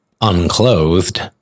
unclothed